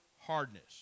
hardness